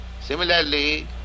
Similarly